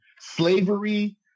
Slavery